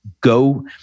go